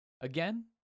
Again